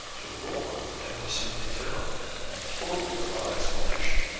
to rolla the thing was simply terrible, and totally without explanation.